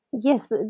yes